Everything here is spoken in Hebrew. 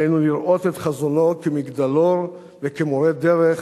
עלינו לראות את חזונו כמגדלור וכמורה דרך,